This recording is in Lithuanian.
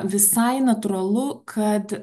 visai natūralu kad